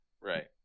Right